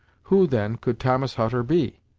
who, then, could thomas hutter be,